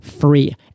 free